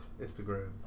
Instagram